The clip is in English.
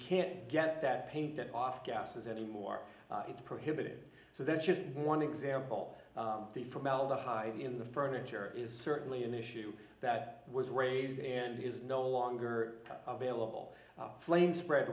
can't get that paint off gases anymore it's prohibited so that's just one example the formaldehyde in the furniture is certainly an issue that was raised and is no longer available flame spread